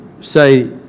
say